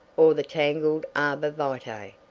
or the tangled arbor-vitae,